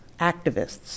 activists